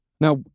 Now